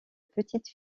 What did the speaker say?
petite